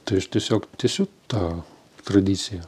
tai aš tiesiog tęsiu tą tradiciją